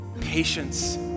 patience